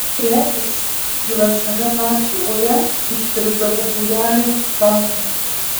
regis kylančiame nacių ore ištirpdavo būreliai citatų